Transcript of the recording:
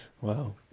Wow